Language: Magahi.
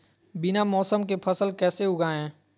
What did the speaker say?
बिना मौसम के फसल कैसे उगाएं?